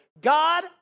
God